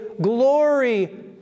glory